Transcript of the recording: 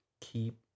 keep